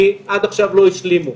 כי עד עכשיו לא השלימו.